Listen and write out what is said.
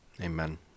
Amen